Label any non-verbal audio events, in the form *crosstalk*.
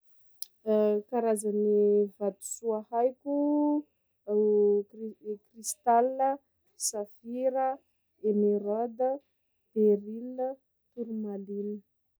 *hesitation* Karazagny vatosoa haiko: *hesitation* kri-kri- crystal, safira, emeraoda, beryl, tourmaline.